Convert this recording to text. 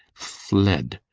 fled,